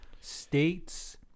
states